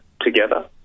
together